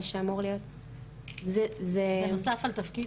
זה נוסף על תפקיד?